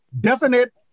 Definite